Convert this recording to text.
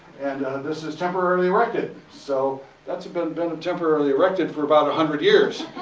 and this is temporarily erected. so that's been been temporarily erected for about a hundred years!